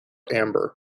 amber